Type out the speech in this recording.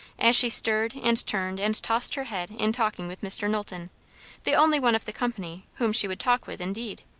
as she stirred and turned and tossed her head in talking with mr. knowlton the only one of the company whom she would talk with, indeed.